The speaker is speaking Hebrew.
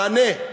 מענה,